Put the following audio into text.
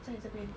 在这边